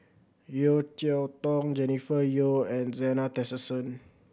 Yeo Cheow Tong Jennifer Yeo and Zena Tessensohn